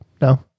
No